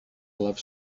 love